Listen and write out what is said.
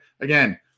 again